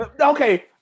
okay